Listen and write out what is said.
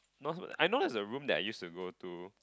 not so I know there's a room I used to go to